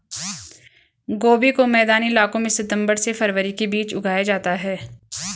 गोभी को मैदानी इलाकों में सितम्बर से फरवरी के बीच उगाया जाता है